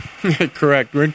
Correct